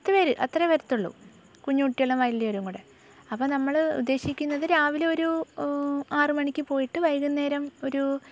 പത്ത് പേർ അത്രയേ വരത്തുള്ളൂ കുഞ്ഞു കുട്ടികളും വലിയവരും കൂടെ അപ്പം നമ്മൾ ഉദ്ദേശിക്കുന്നത് രാവിലെ ഒരു ആറ് മണിക്ക് പോയിട്ട് വൈകുന്നേരം ഒരു